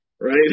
right